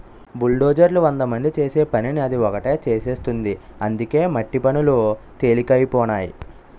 బుల్డోజర్లు వందమంది చేసే పనిని అది ఒకటే చేసేస్తుంది అందుకే మట్టి పనులు తెలికైపోనాయి